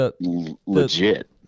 legit